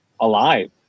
alive